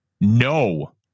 No